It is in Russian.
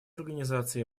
организации